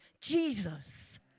Jesus